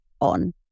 on